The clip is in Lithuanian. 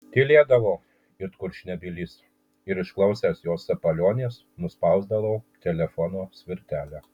tylėdavau it kurčnebylis ir išklausęs jos sapaliones nuspausdavau telefono svirtelę